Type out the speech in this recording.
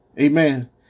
Amen